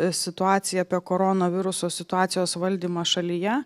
situaciją apie koronaviruso situacijos valdymą šalyje